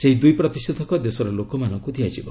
ସେହି ଦୁଇ ପ୍ରତିଷେଧକ ଦେଶର ଲୋକମାନଙ୍କୁ ଦିଆଯିବ